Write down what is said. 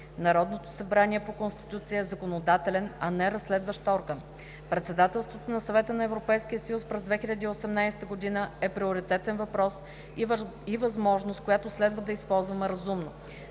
Народното събрание по Конституция е законодателен, а не разследващ орган. Председателството на Съвета на Европейския съюз през 2018 г. е приоритетен въпрос и възможност, която следва да използваме разумно.